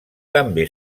també